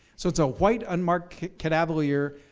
so it's a white, unmarked cadaverlier,